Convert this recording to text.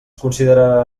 considerarà